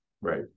Right